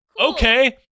okay